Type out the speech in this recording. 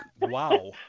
Wow